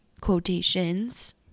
quotations